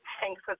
Thanks